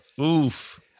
Oof